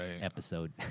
episode